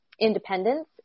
independence